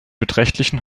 beträchtlichen